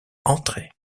entrées